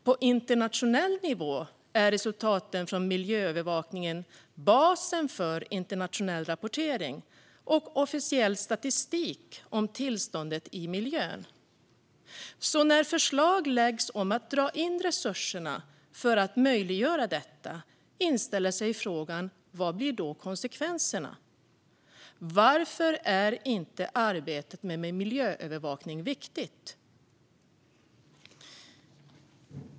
På internationell nivå är resultaten från miljöövervakningen basen för internationell rapportering och officiell statistik om tillståndet i miljön. När förslag läggs fram om att dra in resurserna för att möjliggöra detta inställer sig frågan: Vad blir konsekvenserna? Varför är inte arbetet miljöövervakning viktigt?